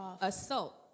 Assault